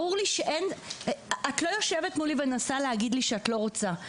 ברור לי שאת לא יושבת מולי ומנסה להגיד לי שאת לא רוצה.